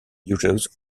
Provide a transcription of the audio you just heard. users